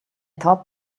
thought